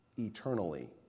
eternally